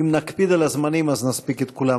אם נקפיד על הזמנים, נספיק את כולם.